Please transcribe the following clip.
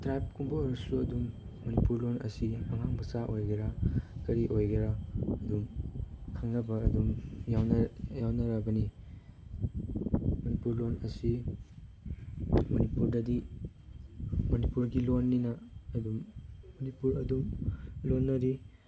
ꯇ꯭ꯔꯥꯏꯞꯀꯨꯝꯕ ꯑꯣꯏꯔꯁꯨ ꯑꯗꯨꯝ ꯃꯅꯤꯄꯨꯔ ꯂꯣꯟ ꯑꯁꯤ ꯑꯉꯥꯡꯃꯆꯥ ꯑꯣꯏꯒꯦꯔꯥ ꯀꯔꯤ ꯑꯣꯏꯒꯦꯔꯥ ꯑꯗꯨꯝ ꯈꯪꯅꯕ ꯑꯗꯨꯝ ꯌꯥꯎꯅꯔꯕꯅꯤ ꯃꯅꯤꯄꯨꯔ ꯂꯣꯟ ꯑꯁꯤ ꯃꯅꯤꯄꯨꯔꯗꯗꯤ ꯃꯅꯤꯄꯨꯔꯒꯤ ꯂꯣꯟꯅꯤꯅ ꯑꯗꯨꯝ ꯃꯅꯤꯄꯨꯔ ꯑꯗꯨꯝ ꯂꯣꯟꯅꯔꯤ